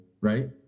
right